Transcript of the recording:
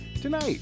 Tonight